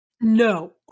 No